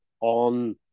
on